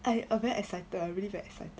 I err very excited I really very excited